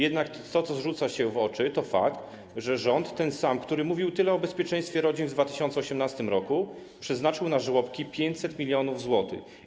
Jednak to, co rzuca się w oczy, to fakt, że rząd, ten sam, który mówił tyle o bezpieczeństwie rodzin w 2018 r., przeznaczył na żłobki 500 mln zł.